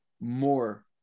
more